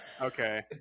Okay